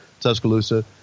Tuscaloosa